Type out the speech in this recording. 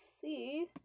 see